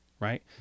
Right